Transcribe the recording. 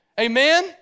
Amen